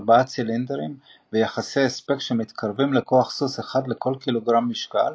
ארבעה צילינדרים ויחסי הספק שמתקרבים לכוח סוס אחד לכל קילוגרם משקל,